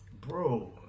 bro